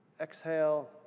exhale